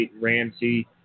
Ramsey